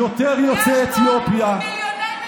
יותר יוצאי אתיופיה,